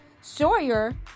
Sawyer